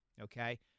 okay